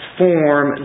form